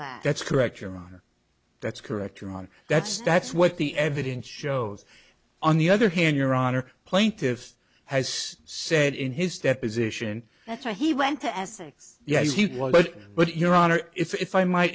that that's correct your honor that's correct you're on that's that's what the evidence shows on the other hand your honor plaintiffs has said in his deposition that's why he went to essex yes but your honor if i might